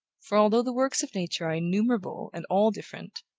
for, although the works of nature are innumerable and all different,